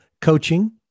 coaching